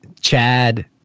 Chad